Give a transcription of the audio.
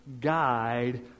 guide